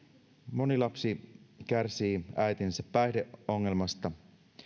moni lapsi kärsii äitinsä päihdeongelmasta